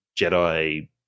Jedi